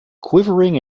quivering